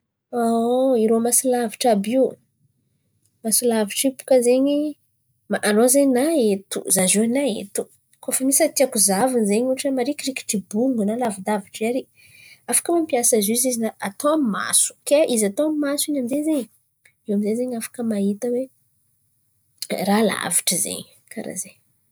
Irô masolavitry àby io, masolavitry io bôkà zen̈y, an̈ao zen̈y na eto zah ziô na eto kôa fa misy raha tiako zahavana zen̈y ohatra marikirikitry bongo na lavidavitry àry. Afaka mampiasa izy io zen̈y zah atao amy ny maso kay izy atao amy ny maso in̈y amin'zay zen̈y afaka mahita hoe raha lavitry zen̈y, karà zen̈y.